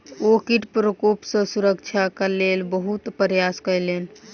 ओ कीट प्रकोप सॅ सुरक्षाक लेल बहुत प्रयास केलैन